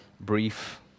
brief